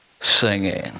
singing